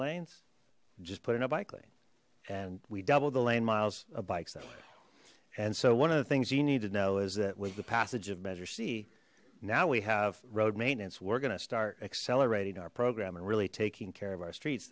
lanes just put in a bike lane and we doubled the lane miles of bikes that way and so one of the things you need to know is that with the passage of measure c now we have road maintenance we're gonna start accelerating our program and really taking care of our streets